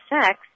sex